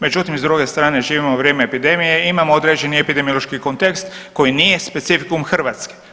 Međutim, s druge strane, živimo u vrijeme epidemije i imamo određeni epidemiološki kontekst koji nije specifikum Hrvatske.